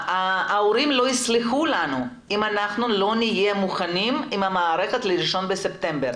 ההורים לא יסלחו לנו אם אנחנו לא נהיה מוכנים עם המערכת ב-1 בספטמבר.